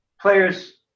players